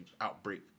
outbreak